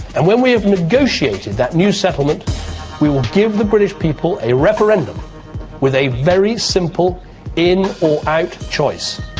and when we have negotiated that new settlement we will give the british people a referendum with a very simple in or out choice.